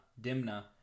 Dimna